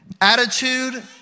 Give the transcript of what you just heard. attitude